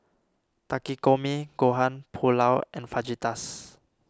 Takikomi Gohan Pulao and Fajitas